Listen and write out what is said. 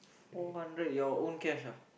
four hundred your own cash ah